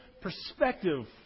perspective